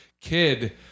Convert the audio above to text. kid